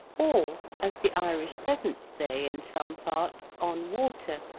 or, as the irish peasants say in some parts, on water,